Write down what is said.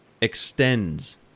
extends